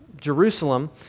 Jerusalem